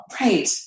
Right